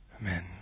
Amen